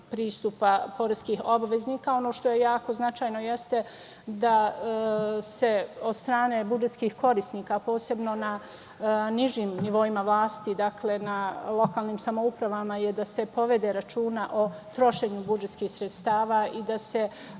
pristupa poreskih obaveznika. Ono što je jako značajno jeste da se od strane budžetskih korisnika, a posebno na nižim nivoima vlasti, dakle, na lokalnim samoupravama je da se povede računa o trošenju budžetskih sredstava i da se